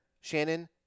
Shannon